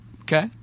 Okay